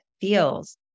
feels